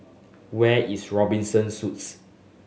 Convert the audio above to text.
where is Robinson Suites